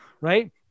right